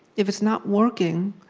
if it's not working,